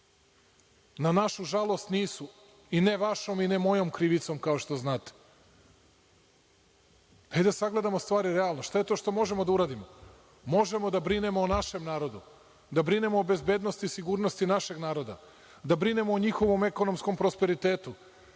na našu žalost nisu i ne vašom i ne mojom krivicom, kao što znate. Hajde da sagledamo stvari realno. Šta je to što možemo da uradimo? Možemo da brinemo o našem narodu, da brinemo o bezbednosti, sigurnosti našeg naroda, da brinemo o njihovom ekonomskom prosperitetu,